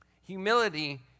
Humility